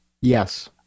yes